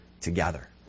together